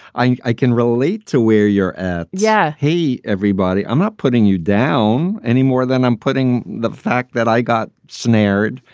i i can relate to where you're at. yeah. hey, everybody. i'm not putting you down any more than i'm putting the fact that i got snared,